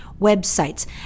websites